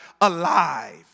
alive